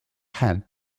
had